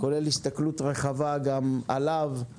כולל הסתכלות רחבה גם עליו,